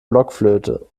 blockflöte